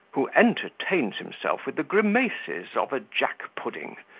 who entertains himself with the grimaces of a jack-pudding,